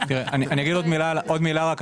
אני אגיד עוד מילה רק,